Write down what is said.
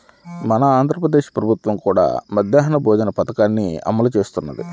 మన ఆంధ్ర ప్రదేశ్ ప్రభుత్వం కూడా మధ్యాహ్న భోజన పథకాన్ని అమలు చేస్తున్నది